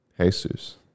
Jesus